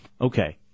Okay